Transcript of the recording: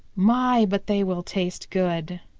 my, but they will taste good!